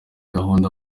gahunda